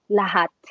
lahat